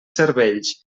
cervells